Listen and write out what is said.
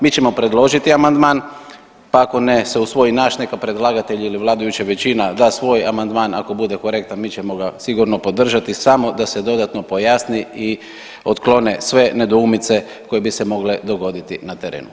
Mi ćemo predložiti amandman, pa ako ne se usvoji naš neka predlagatelj ili vladajuća većina da svoj amandman ako bude korektan mi ćemo ga sigurno podržati samo da se dodatno pojasni i otklone sve nedoumice koje bi se mogle dogoditi na terenu.